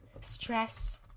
stress